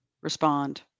respond